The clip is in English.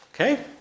Okay